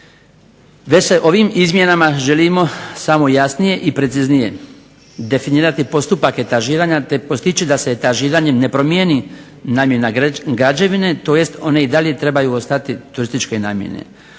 već ovim izmjenama želimo samo jasnije i preciznije definirati postupak etažiranja te postići da se etažiranjem ne promijeni namjena građevine tj. one i dalje trebaju ostati turističke namjene.